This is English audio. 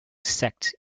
sect